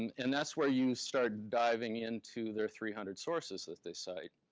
and that's where you start diving into their three hundred sources that they cite.